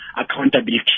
accountability